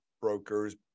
brokers